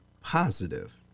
positive